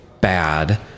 bad